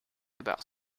about